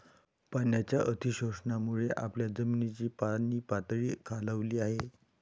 पाण्याच्या अतिशोषणामुळे आपल्या जमिनीची पाणीपातळी खालावली आहे